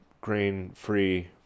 grain-free